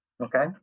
okay